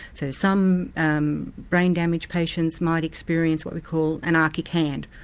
so some um brain-damaged patients might experience what we call anarchic hand,